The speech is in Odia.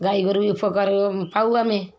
ଗାଈ ଗୋରୁ ବି ଉପକାର ପାଉ ଆମେ